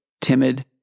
timid